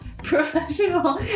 professional